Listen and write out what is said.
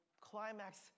climax